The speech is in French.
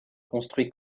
construit